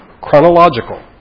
chronological